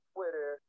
Twitter